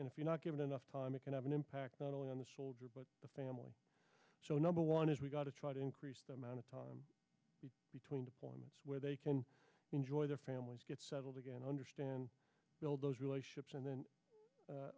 and if you're not given enough time it can have an impact not only on the soldier but the family so number one is we've got to try to increase the amount of time between the points where they can enjoy their families get settled again understand build those relationships and then